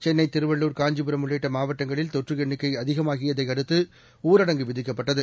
சென்னைதிருவள்ளூர் காஞ்சிபுரம் உள்ளிட்டமாவட்டங்களில் தொற்றுஎண்ணிக்கைஅதிகமாகியதையடுத்தஊரடங்கு விதிக்கப்பட்டது